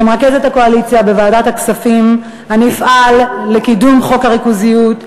כמרכזת הקואליציה בוועדת הכספים אני אפעל לקידום חוק הריכוזיות.